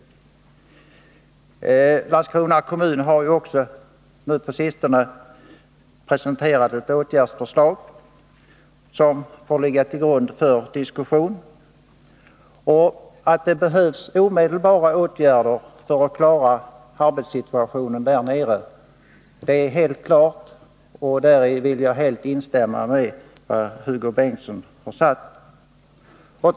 Landskrona kommun har också på sistone presenterat ett åtgärdsförslag, som får ligga till grund för diskussion. Att det behövs omedelbara åtgärder för att klara arbetssituationen där nere är helt klart, och därvidlag vill jag helt instämma i vad Hugo Bengtsson har anfört.